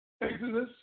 Exodus